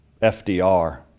FDR